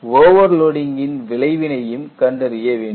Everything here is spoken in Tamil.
ஓவர்லோடிங் கின் விளைவினையும் கண்டறிய வேண்டும்